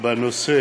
בנושא